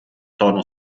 tono